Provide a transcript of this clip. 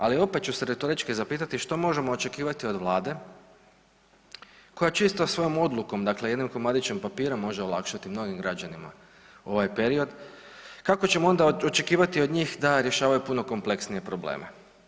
Ali opet ću se retorički zapitati što možemo očekivati od Vlade koja čisto svojom odlukom, dakle jednim komadićem papira može olakšati mnogim građanima ovaj period, kako ćemo onda očekivati od njih da rješavaju puno kompleksnije probleme.